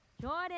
Jordan